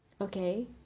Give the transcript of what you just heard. Okay